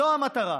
זו המטרה,